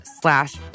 slash